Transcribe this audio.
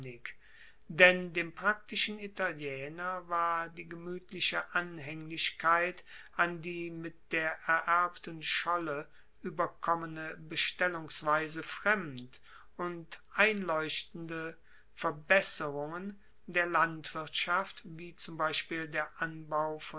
denn dem praktischen italiener war die gemuetliche anhaenglichkeit an die mit der ererbten scholle ueberkommene bestellungsweise fremd und einleuchtende verbesserungen der landwirtschaft wie zum beispiel der anbau